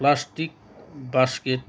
plastic basket